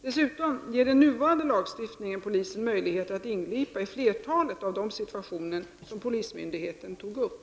Dessutom ger den nuvarande lagstiftningen polisen möjligheter att ingripa i flertalet av de situationer som polismyndigheten tog upp.